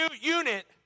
unit